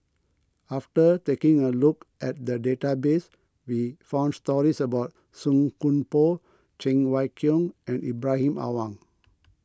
after taking a look at the database we found stories about Song Koon Poh Cheng Wai Keung and Ibrahim Awang